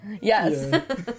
Yes